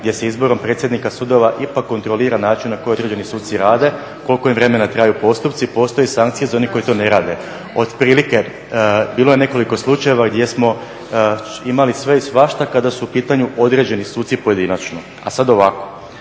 gdje se izborom predsjednika sudova ipak kontrolira način na koji određeni suci rade, koliko im vremena traju postupci. Postoje sankcije za one koji to ne rade. Otprilike, bilo je nekoliko slučajeva gdje smo imali sve i svašta kada su u pitanju određeni suci pojedinačno. A sada ovako,